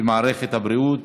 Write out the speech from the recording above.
בלי נמנעים.